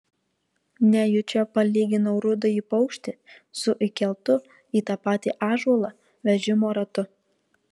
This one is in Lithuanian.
nejučia palyginau rudąjį paukštį su įkeltu į tą patį ąžuolą vežimo ratu